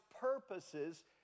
purposes